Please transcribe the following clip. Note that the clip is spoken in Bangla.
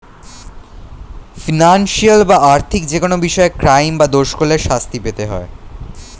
ফিনান্সিয়াল বা আর্থিক যেকোনো বিষয়ে ক্রাইম বা দোষ করলে শাস্তি পেতে হয়